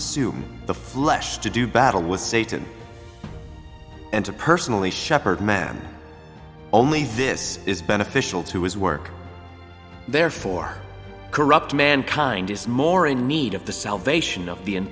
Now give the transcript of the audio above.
assume the flesh to do battle with satan and to personally shepherd man only this is beneficial to his work therefore corrupt mankind is more in need of the salvation of